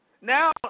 Now